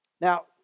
Now